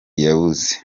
yabuze